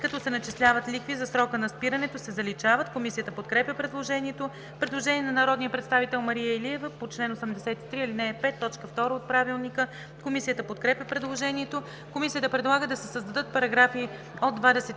„като се начисляват лихви за срока на спирането“ се заличават. Комисията подкрепя предложението. Предложение от народния представител Мария Илиева по чл. 83, ал. 5. т. 2 от Правилника. Комисията подкрепя предложението. Комисията предлага да се създадат параграфи 26